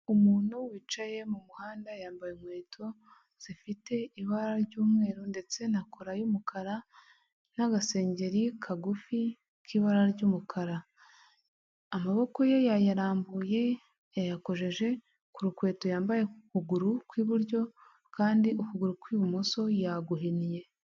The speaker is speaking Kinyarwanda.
Umuntu wicaye mu muhanda yambaye inkweto zifite ibara ry'umweru ndetse na kora y'umukara n'agasengeri kagufi k'ibara ry'umukara, amaboko ye yayarambuye, yayakojeje ku ru kweto yambaye ku kuguru kw'iburyo, kandi ukuguru kw'ibumoso yaguhinye.